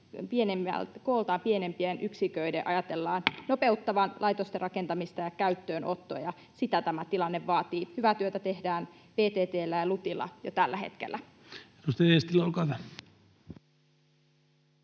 kooltaan pienempien yksiköiden ajatellaan nopeuttavan laitosten rakentamista ja käyttöönottoa, ja sitä tämä tilanne vaatii. Hyvää työtä tehdään VTT:llä ja LUTilla jo tällä hetkellä. [Speech 68] Speaker: